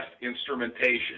instrumentation